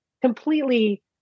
completely